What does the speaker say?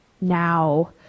now